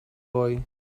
boy